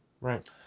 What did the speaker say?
Right